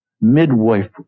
midwife